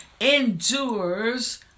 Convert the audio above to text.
endures